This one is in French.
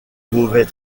mauvais